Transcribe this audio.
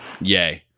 Yay